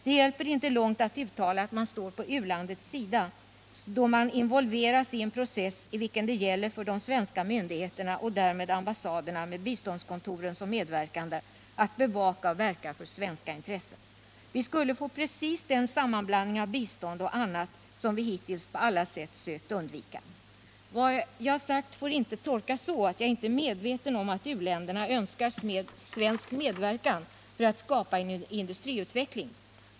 Det hjälper inte långt att uttala att man står på u-landets sida då man involveras i en process i vilken det gäller för de svenska myndigheterna, och därmed ambassaderna med biståndskontoren som medverkande, att bevaka och verka för svenska intressen. Vi skulle få precis den sammanblandning av bistånd och annat som vi hittills på alla sätt sökt undvika. Vad jag sagt får inte tolkas så att jag inte är medveten om att u-länderna önskar svensk medverkan för att skapa en industriutveckling.